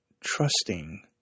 trusting